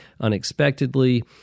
unexpectedly